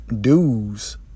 dues